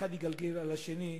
ואחד יגלגל על השני,